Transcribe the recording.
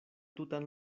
tutan